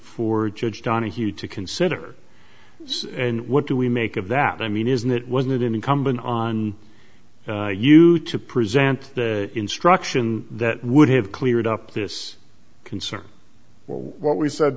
a judge donohue to consider and what do we make of that i mean isn't it wasn't it incumbent on you to present the instruction that would have cleared up this concern what we said